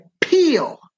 peel